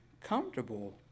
comfortable